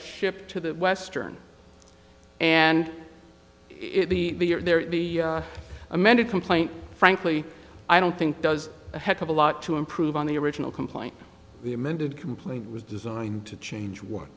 shipped to the western and it be amended complaint frankly i don't think does a heck of a lot to improve on the original complaint the amended complaint was designed to change w